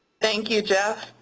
thank you, jeff.